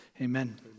amen